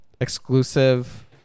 Exclusive